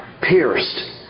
pierced